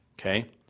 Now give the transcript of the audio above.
Okay